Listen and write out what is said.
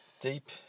Deep